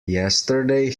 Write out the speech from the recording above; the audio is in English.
yesterday